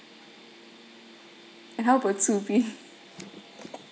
and help with two b